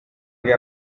che